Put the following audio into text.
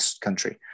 country